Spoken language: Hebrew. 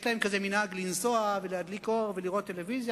יש להם כזה מנהג לנסוע ולהדליק אור ולראות טלוויזיה